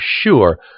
sure